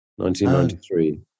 1993